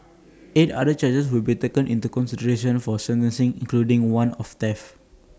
eight other charges will be taken into consideration for sentencing including one of theft